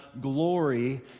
glory